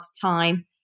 time